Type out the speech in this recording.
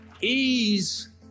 Ease